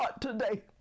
today